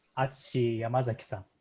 i see yamazaki-san.